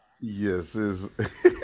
Yes